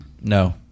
No